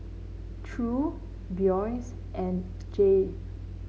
Ture Boyce and Jay